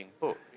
book